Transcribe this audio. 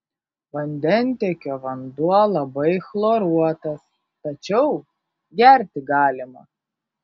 vandentiekio vanduo labai chloruotas tačiau gerti galima